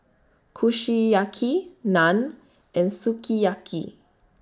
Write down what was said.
Kushiyaki Naan and Sukiyaki